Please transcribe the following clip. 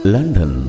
London